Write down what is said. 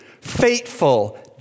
fateful